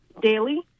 daily